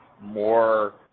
more